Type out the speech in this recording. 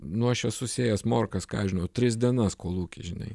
nu aš esu sėjęs morkas ką aš žinau tris dienas kolūky žinai